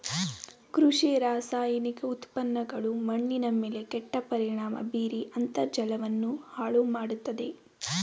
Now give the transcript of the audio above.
ಕೃಷಿ ರಾಸಾಯನಿಕ ಉತ್ಪನ್ನಗಳು ಮಣ್ಣಿನ ಮೇಲೆ ಕೆಟ್ಟ ಪರಿಣಾಮ ಬೀರಿ ಅಂತರ್ಜಲವನ್ನು ಹಾಳು ಮಾಡತ್ತದೆ